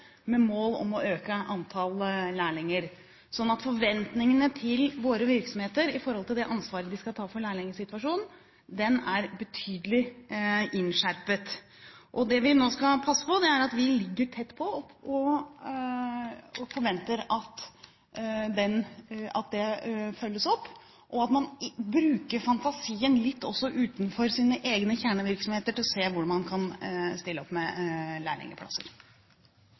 med mål om å øke antall lærlinger. Så forventningene til våre virksomheter med hensyn til det ansvaret de skal ta for lærlingsituasjonen, er betydelig innskjerpet. Det vi nå skal passe på, er at vi ligger tett på og forventer at dette følges opp, og at man bruker fantasien litt også utenfor sine egne kjernevirksomheter for å se hvor man kan stille opp med